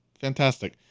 Fantastic